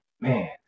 man